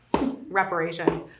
reparations